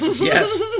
yes